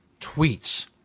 tweets